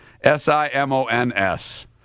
S-I-M-O-N-S